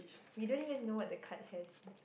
we don't even know what the card has